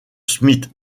smith